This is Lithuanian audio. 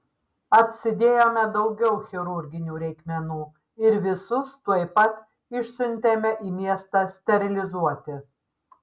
atsidėjome daugiau chirurginių reikmenų ir visus tuoj pat išsiuntėme į miestą sterilizuoti